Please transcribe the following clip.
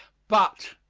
but,